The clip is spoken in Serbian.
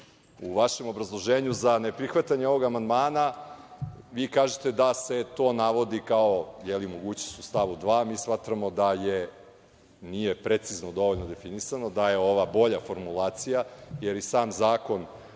vašem obrazloženju za neprihvatanje ovog amandmana vi kažete da se to navodi kao mogućnost u stavu 2. Mi smatramo da nije precizno dovoljno definisano, da je ova bolja formulacija, jer i sam Zakon